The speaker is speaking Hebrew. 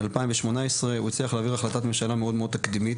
ב-2018 הוא הצליח להעביר החלטת ממשלה מאוד מאוד תקדימית,